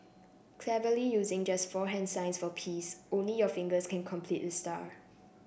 cleverly using just four hand signs for peace only your fingers can completed the star